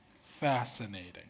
Fascinating